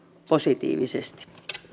positiivisesti